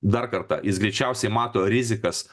dar kartą jis greičiausiai mato rizikas